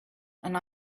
and